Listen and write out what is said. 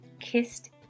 Kissed